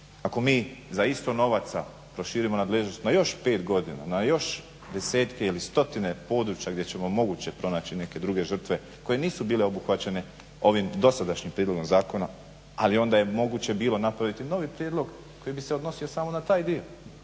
Ako mi za isto novaca proširimo nadležnost na još 5 godina, na još desetke ili stotine područja gdje ćemo moguće pronaći neke druge žrtve koje nisu bile obuhvaćene ovim dosadašnjim prijedlogom zakona ali onda je moguće bilo napraviti novi prijedlog koji bi se odnosio samo na taj dio.